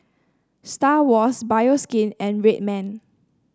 Star Awards Bioskin and Red Man